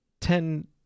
ten